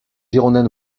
girondins